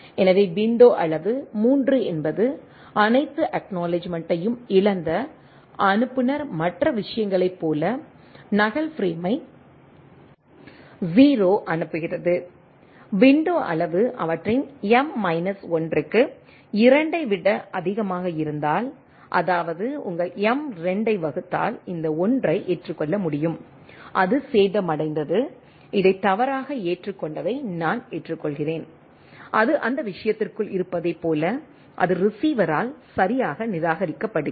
எனவே விண்டோ அளவு 3 என்பது அனைத்து அக்நாலெட்ஜ்மெண்ட்டையும் இழந்த அனுப்புநர் மற்ற விஷயங்களைப் போல நகல் பிரேமை 0 அனுப்புகிறது விண்டோ அளவு அவற்றின் m மைனஸ் 1 க்கு 2 ஐ விட அதிகமாக இருந்தால் அதாவது உங்கள் m 2 ஐ வகுத்தால் இந்த 1 ஐ ஏற்றுக்கொள்ள முடியும் அது சேதமடைந்தது இதை தவறாக ஏற்றுக்கொண்டதை நான் ஏற்றுக்கொள்கிறேன் அது அந்த விஷயத்திற்குள் இருப்பதைப் போல அது ரீஸிவரால் சரியாக நிராகரிக்கப்படுகிறது